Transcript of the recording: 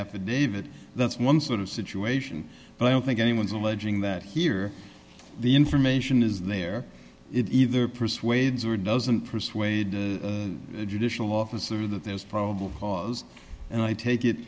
affidavit that's one sort of situation but i don't think anyone is alleging that here the information is there either persuades or doesn't persuade the judicial officer that there's probable cause and i take it